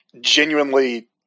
genuinely